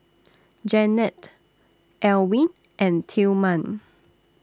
Janette Elwyn and Tillman